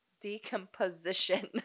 decomposition